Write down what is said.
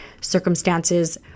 circumstances